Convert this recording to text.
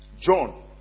John